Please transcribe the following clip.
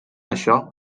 això